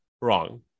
Wrong